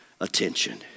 attention